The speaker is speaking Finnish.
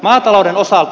maatalouden osalta